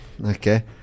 okay